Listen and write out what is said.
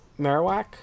Marowak